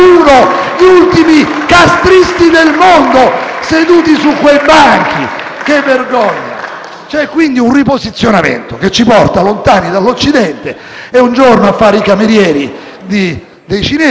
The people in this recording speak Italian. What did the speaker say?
C'è quindi un riposizionamento che ci porta lontani dall'Occidente, un giorno a fare i camerieri dei cinesi, un giorno a fare gli apologeti di Maduro, un giorno a negare le appartenenze alla NATO e alle alleanze occidentali.